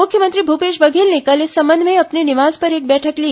मुख्यमंत्री भूपेश बघेल ने कल इस संबंध में अपने निवास पर एक बैठक ली